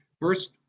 First